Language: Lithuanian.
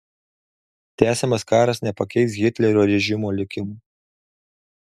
tęsiamas karas nepakeis hitlerio režimo likimo